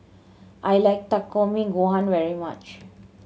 I like Takikomi Gohan very much